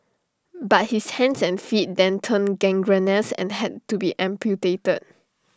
but his hands and feet then turned gangrenous and had to be amputated